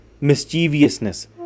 mischievousness